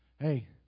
Hey